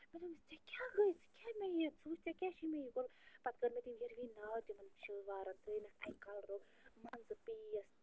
مےٚ دوٚپمَس ژےٚ کیٛاہ گٔے ژٕ کیٛاہ مےٚ یہِ ژٕ وُچھ ژےٚ کیٛاہ چھُے مےٚ یہِ کوٚرمُت پَتہٕ کٔر مےٚ تٔمۍ یِروٕنۍ ناو تِمَن شِلوارَن ترٛٲنَتھ اَکہِ کَلرُک منٛزٕ پیٖس